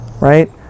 right